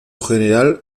general